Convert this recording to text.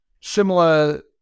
similar